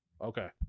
Okay